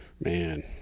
man